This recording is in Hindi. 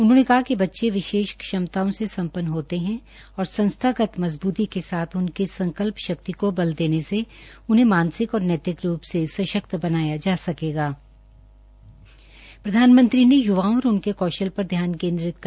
उन्होंने कहा कि बच्चे विशेष क्षमताओं से संपन्न होते है और संस्थागत मज़बूती के साथ उनकी संकल्प शक्ति को बल देने से उन्हें मानसिक और नैतिक रूप से सशक्त बनाया जा य्वाओं और उनके कौशल पर ध्यान केन्द्रित सकेगा